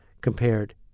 compared